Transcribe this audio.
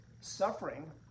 suffering